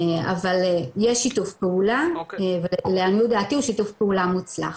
אבל יש שיתוף פעולה ולעניות דעתי הוא שיתוף פעולה מוצלח,